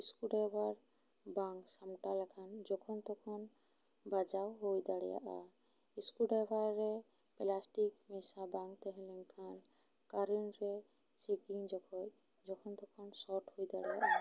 screw driver ᱵᱟᱝ ᱥᱟᱢᱴᱟᱣ ᱞᱮᱠᱷᱟᱱ ᱡᱚᱠᱷᱚᱱ ᱛᱚᱠᱷᱚᱱ ᱵᱟᱡᱟᱣ ᱦᱳᱭ ᱫᱟᱲᱮᱭᱟᱜᱼᱟ ᱤᱥᱠᱨᱩ ᱵᱟᱭᱵᱷᱟᱨ ᱨᱮ ᱯᱞᱟᱥᱴᱤᱠ ᱢᱮᱥᱟ ᱵᱟᱝ ᱛᱟᱦᱮᱸ ᱞᱮᱱᱠᱷᱟᱱ ᱠᱟᱨᱮᱱᱴ ᱨᱮ ᱪᱮᱠᱤᱧ ᱡᱚᱠᱷᱚᱡ ᱡᱚᱠᱷᱚᱱ ᱛᱚᱠᱷᱚᱱ ᱥᱚᱴ ᱦᱳᱭ ᱫᱟᱲᱮᱭᱟᱜᱼᱟ